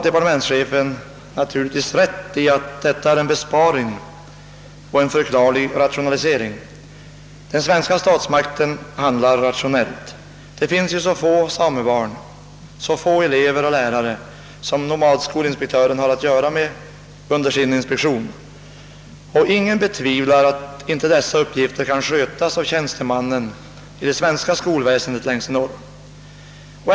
Statsrådet har naturligtvis rätt i att det blir en besparing och en rationalisering. Den svenska statsmakten handlar därmed rationellt. Det finns ju så få samebarn, så få elever och lärare som nomadskolinspektören har att göra med under sin inspektion. Ingen betvivlar att den uppgiften kan skötas av en tjänsteman i länsskolnämnden långt uppe i norr.